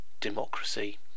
democracy